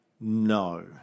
no